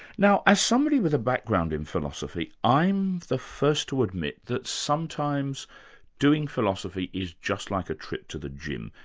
now as somebody with a background in philosophy i'm the first to admit that sometimes doing philosophy is just like a trip to the gym,